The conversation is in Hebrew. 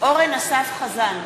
אורן אסף חזן,